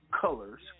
colors